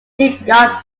shipyard